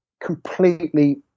completely